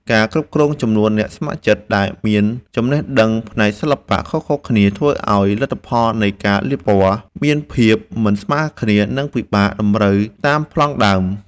ការគ្រប់គ្រងចំនួនអ្នកស្ម័គ្រចិត្តដែលមានចំណេះដឹងផ្នែកសិល្បៈខុសៗគ្នា ធ្វើឱ្យលទ្ធផលនៃការលាបពណ៌មានភាពមិនស្មើគ្នា និងពិបាកតម្រូវតាមប្លង់ដើម។